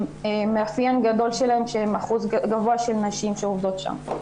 שהמאפיין הגדול שלהם זה אחוז גבוה של נשים שעובדות שם.